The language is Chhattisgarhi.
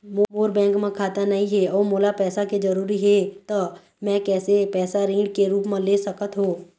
मोर बैंक म खाता नई हे अउ मोला पैसा के जरूरी हे त मे कैसे पैसा ऋण के रूप म ले सकत हो?